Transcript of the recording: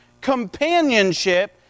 companionship